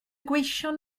gweision